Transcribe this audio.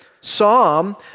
psalm